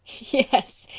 yes,